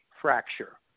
Fracture